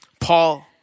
Paul